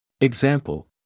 Example